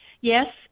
Yes